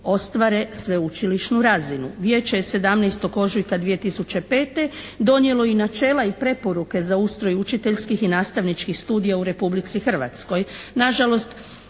ostvare sveučilišnu razinu. Vijeće je 17. ožujka 2005. donijelo i načela i preporuke za ustroj učiteljskih i nastavničkih studija u Republici Hrvatskoj.